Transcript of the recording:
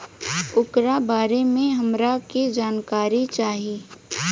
ओकरा बारे मे हमरा के जानकारी चाही?